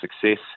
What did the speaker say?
success